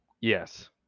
Yes